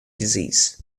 disease